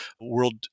world